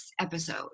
episode